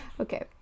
Okay